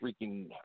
freaking